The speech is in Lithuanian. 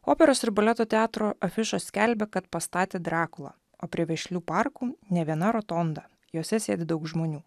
operos ir baleto teatro afišos skelbė kad pastatė drakulą o prie vešlių parkų ne viena rotonda jose sėdi daug žmonių